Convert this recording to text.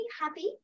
happy